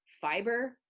fiber